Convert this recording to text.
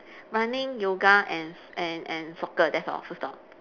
running yoga and and and soccer that's all full stop